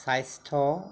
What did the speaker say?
স্বাস্থ্য